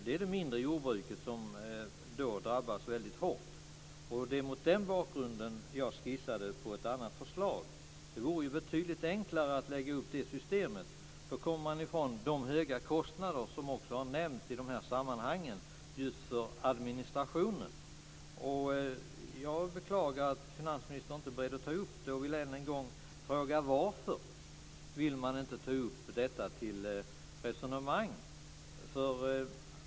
Det är det mindre jordbruket som då drabbas väldigt hårt. Det är mot den bakgrunden som jag skissade på ett annat förslag. Det vore betydligt enklare att lägga upp det systemet. Då kommer man ifrån de höga kostnader just för administrationen som har nämnts i de här sammanhangen. Jag beklagar att finansministern inte är beredd att ta upp det. Jag vill än en gång fråga varför man inte vill ta upp detta resonemang.